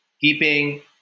keeping